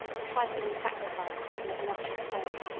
the trifling sacrifice of an obnoxious poet.